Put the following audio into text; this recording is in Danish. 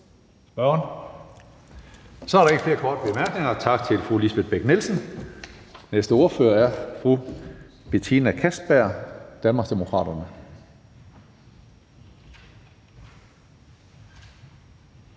Så er der ikke flere korte bemærkninger. Tak til fru Lisbeth Bech-Nielsen. Den næste ordfører er fru Betina Kastbjerg, Danmarksdemokraterne.